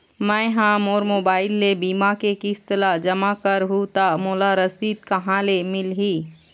मैं हा मोर मोबाइल ले बीमा के किस्त ला जमा कर हु ता मोला रसीद कहां ले मिल ही?